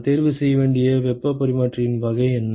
நான் தேர்வு செய்ய வேண்டிய வெப்பப் பரிமாற்றியின் வகை என்ன